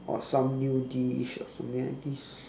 or some new dish or something like this